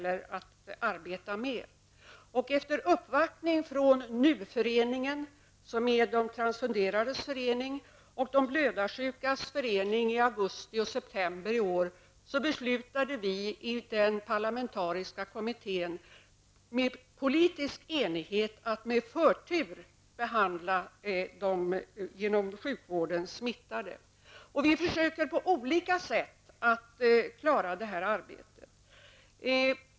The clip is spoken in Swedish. Efter uppvaktning från NU-föreningen, som är de tranfusionerades förening, och De blödarsjukas förening i augusti och september i år beslutade vi i den parlamentariska kommittén under politisk enighet att med förtur behandla de genom sjukvården smittade. Vi försöker på olika sätt att klara detta arbete.